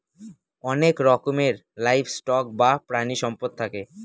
অনেক রকমের livestock বা প্রানীসম্পদ থাকে